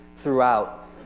throughout